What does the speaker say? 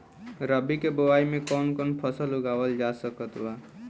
रबी के बोआई मे कौन कौन फसल उगावल जा सकत बा?